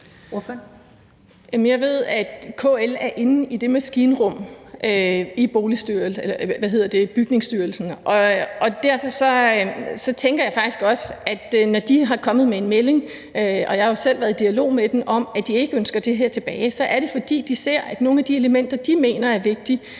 Jeg ved, at KL er inde i det maskinrum i Bygningsstyrelsen. Derfor tænker jeg faktisk også, at når de er kommet med en melding – og jeg har jo selv været i dialog med dem om, at de ikke ønsker det her tilbage – så er det, fordi de ser, at nogle af de elementer, de mener er vigtige,